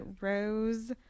rose